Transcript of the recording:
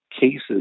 cases